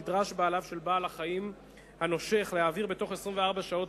נדרש בעליו של בעל-החיים הנושך להעביר בתוך 24 שעות